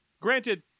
granted